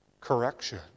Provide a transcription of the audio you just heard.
correction